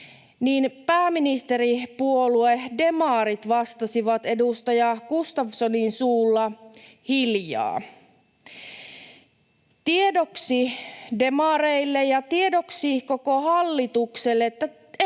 niin pääministeripuolue demarit vastasivat edustaja Gustafssonin suulla: ”Hiljaa.” Tiedoksi demareille ja tiedoksi koko hallitukselle,